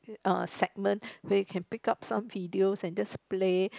uh segment where you can pick up some videos and just play